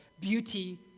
beauty